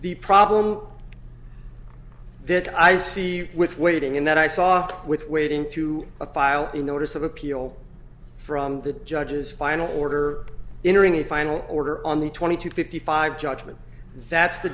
the problem that i see with waiting and that i saw with waiting to a file a notice of appeal from the judge's final order entering a final order on the twenty to fifty five judgment that's the